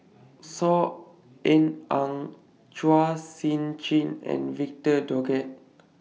Saw Ean Ang Chua Sian Chin and Victor Doggett